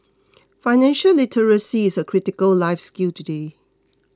financial literacy is a critical life skill today